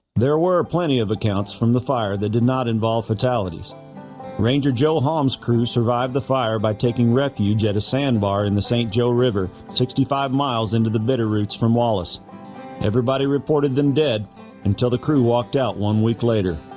there were plenty of accounts from the fire that did not involve fatalities ranger joe halm's crew survived the fire by taking refuge at a sandbar in the st. joe river sixty-five miles into the bitterroots from wallace everybody reported them dead until the crew walked out one week later